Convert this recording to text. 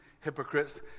hypocrites